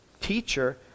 teacher